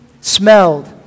smelled